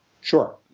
Sure